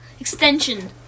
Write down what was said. Extension